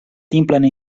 simplan